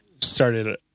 started